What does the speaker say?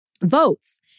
votes